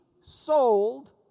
sold